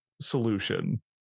solution